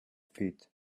feet